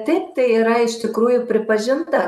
taip tai yra iš tikrųjų pripažinta